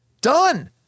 done